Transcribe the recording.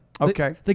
Okay